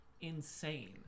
insane